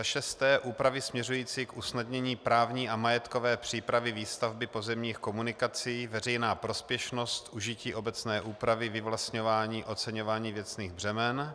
6. úpravy směřující k usnadnění právní a majetkové přípravy výstavby pozemních komunikacích, veřejná prospěšnost, užití obecné úpravy vyvlastňování, oceňování věcných břemen;